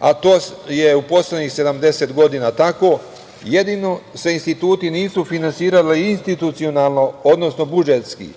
a to je u poslednjih 70 godina tako, jedino se instituti nisu finansirali institucionalno, odnosno budžetski.